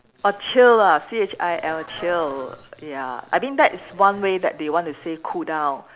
orh chill lah C H I L chill ya I mean that is one way that they want to say cool down